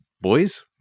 Boys